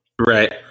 right